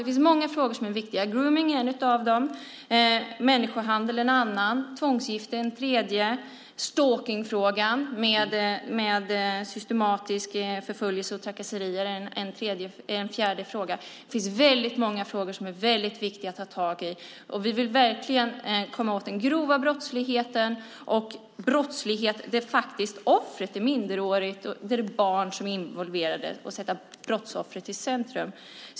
Det finns många frågor som är viktiga. Grooming är en av dem, människohandel en annan, tvångsgifte en tredje, stalking med systematisk förföljelse och trakasserier är en fjärde fråga. Det finns väldigt många frågor som är viktiga att ta tag i. Vi vill verkligen komma åt den grova brottsligheten och brottslighet där offret är minderårigt och där barn är involverade och sätta brottsoffret i centrum.